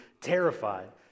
terrified